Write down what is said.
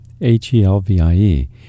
H-E-L-V-I-E